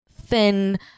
thin